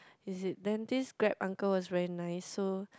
is it then this Grab uncle is very nice so